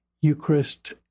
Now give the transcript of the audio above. Eucharist